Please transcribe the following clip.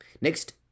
next